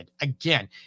Again